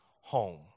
home